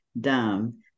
dumb